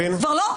כבר לא?